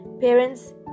Parents